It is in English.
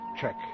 Check